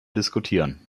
diskutieren